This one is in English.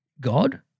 God